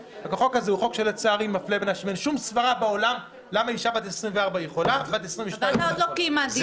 אין שום היגיון למה אישה בת 24 יכולה ואישה בת 22 לא יכולה.